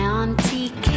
auntie